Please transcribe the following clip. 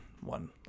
one